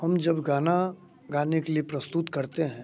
हम जब गाना गाने के लिए प्रस्तुत करते हैं